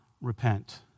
repent